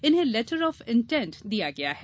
इन्हें letter of intent दिया गया है